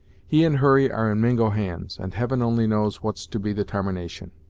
he and hurry are in mingo hands, and heaven only knows what's to be the tarmination.